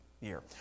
Year